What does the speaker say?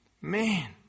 Man